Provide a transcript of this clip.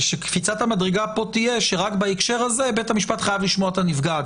וקפיצת המדרגה תהיה שרק בהקשר הזה בית המשפט חייב לשמוע את הנפגעת.